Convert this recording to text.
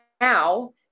now